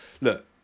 look